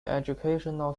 educational